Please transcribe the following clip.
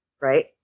Right